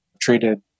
treated